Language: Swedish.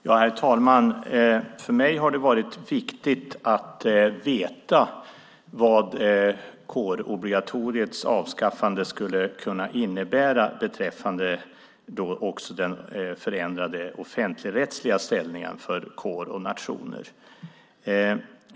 Herr talman! För mig har det varit viktigt att veta vad kårobligatoriets avskaffande skulle kunna innebära också beträffande den förändrade offentligrättsliga ställningen för kår och nationer.